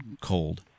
cold